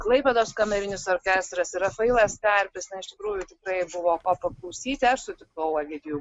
klaipėdos kamerinis orkestras rafailas karpis iš tikrųjų tai buvo ko paklausysi aš sutikau ovidijų